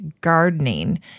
gardening